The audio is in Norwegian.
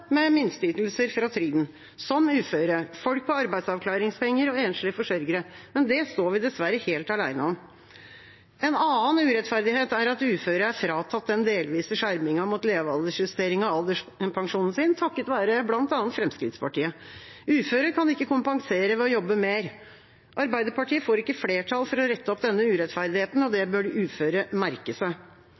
med minsteytelser fra trygden, som uføre, folk på arbeidsavklaringspenger og enslige forsørgere, men det står vi dessverre helt alene om. En annen urettferdighet er at uføre er fratatt den delvise skjermingen mot levealdersjustering av alderspensjonen sin, takket være bl.a. Fremskrittspartiet. Uføre kan ikke kompensere ved å jobbe mer. Arbeiderpartiet får ikke flertall for å rette opp denne urettferdigheten, og det bør de uføre merke seg.